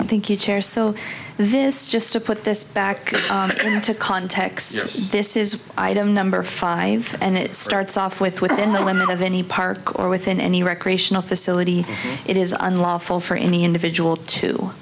i think you chair so this just to put this back into context this is item number five and it starts off with within the limits of any part or within any recreational facility it is unlawful for any individual to